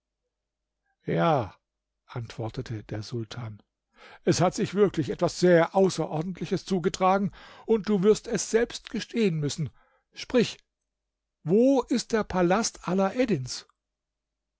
ja antwortete der sultan es hat sich wirklich etwas sehr außerordentliches zugetragen und du wirst es selbst gestehen müssen sprich wo ist der palast